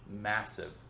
massive